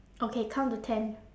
okay count to ten